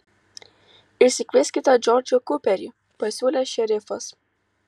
išsikvieskite džordžą kuperį pasiūlė šerifas